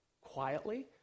quietly